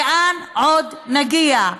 לאן עוד נגיע?